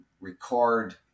record